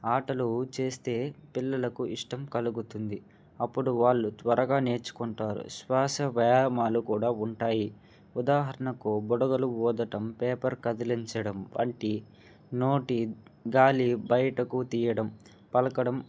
ఆటలు చేస్తే పిల్లలకు ఇష్టం కలుగుతుంది అప్పుడు వాళ్ళు త్వరగా నేర్చుకుంటారు శ్వాస వ్యాయామాలు కూడా ఉంటాయి ఉదాహరణకు బుడగలు ఊదడం పేపర్ కదిలించడం వంటి నోటి గాలి బయటకు తీయడం పలకడం